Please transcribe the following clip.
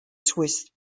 swiss